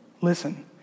listen